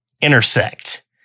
Intersect